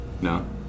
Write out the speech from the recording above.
No